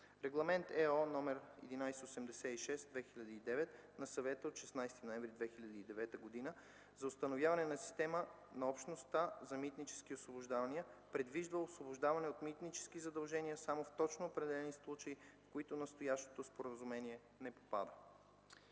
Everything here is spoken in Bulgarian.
Регламент (ЕО) № 1186/2009 на Съвета от 16 ноември 2009 г. за установяване на система на Общността за митнически освобождавания предвижда освобождаване от митнически задължения само в точно определени случаи, в които настоящото споразумение не попада.